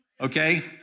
Okay